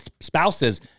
spouses